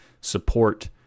support